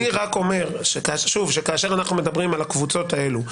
אני רק אומר שכאשר אנחנו מדברים על הקבוצות האלו,